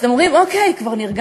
אז אתם אומרים: אוקיי, כבר נרגענו.